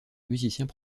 musiciens